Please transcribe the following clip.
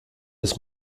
des